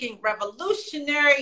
revolutionary